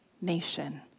nation